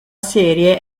serie